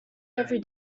every